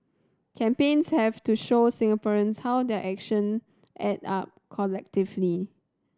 campaigns have to show Singaporeans how their action add up collectively